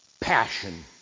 passion